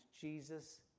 Jesus